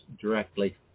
directly